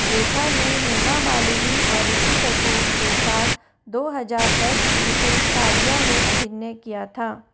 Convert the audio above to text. रेखा ने हेमा मालिनी और ऋषि कपूर के साथ दो हजार दस की फिल्म शादियाँ में अभिनय किया था